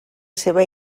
seva